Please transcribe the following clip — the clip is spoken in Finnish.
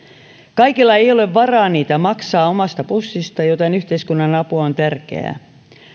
kaikilla ei ole varaa niitä maksaa omasta pussistaan joten yhteiskunnan apu on tärkeää